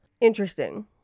interesting